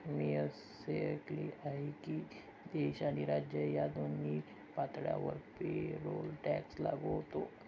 मी असे ऐकले आहे की देश आणि राज्य या दोन्ही पातळ्यांवर पेरोल टॅक्स लागू होतो